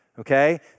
Okay